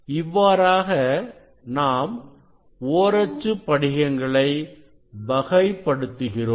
இவ்வாறாக நாம் ஓரச்சு படிகங்களை வகைப் படுத்துகிறோம்